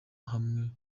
hamwe